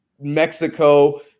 Mexico